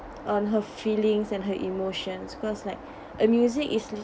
on her feelings and her emotions cause like a music is